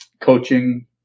coaching